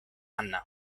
anna